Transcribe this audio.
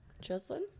Jocelyn